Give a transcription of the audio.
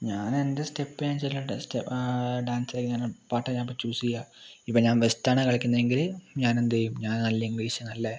ഞാൻ എൻ്റെ സ്റ്റെപ്പ് അനുസരിച്ചുള്ള സ്റ്റെ ഡാൻസ് കളിക്കാനും പാട്ടാണ് ചൂസ് ചെയ്യുക ഇപ്പോൾ ഞാൻ വേസ്റ്റേൺ ആണ് കളിക്കുന്നതെങ്കിൽ ഞാൻ എന്ത് ചെയ്യും ഞാൻ നല്ല ഇംഗ്ലീഷ് നല്ല